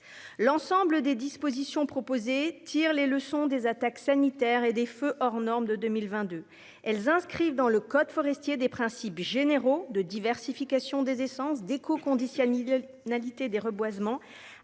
L'ensemble des dispositions proposées tirent les leçons des attaques sanitaires et des feux hors norme de 2022. Elles inscrivent dans le code forestier des principes généraux de diversification des essences et d'écoconditionnalité des reboisements